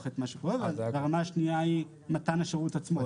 את מה שקורה והרמה השנייה היא מתן השירות עצמו,